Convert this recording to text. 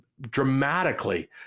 dramatically